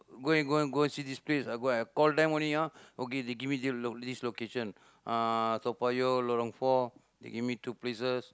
go and go go see this place go call them only ah okay they give me the this location uh Toa-Payoh Lorong four they give me two places